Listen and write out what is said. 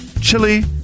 chili